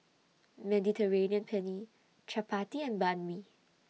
Mediterranean Penne Chapati and Banh MI